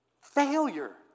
failure